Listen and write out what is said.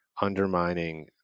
undermining